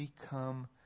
Become